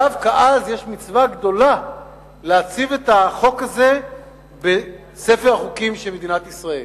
דווקא אז יש מצווה גדולה להציב את החוק הזה בספר החוקים של מדינת ישראל.